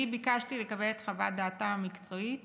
אני ביקשתי לקבל את חוות דעתה המקצועית